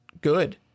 good